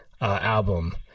album